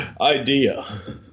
idea